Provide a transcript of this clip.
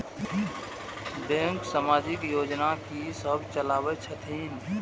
Bank समाजिक योजना की सब चलावै छथिन?